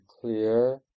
clear